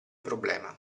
problema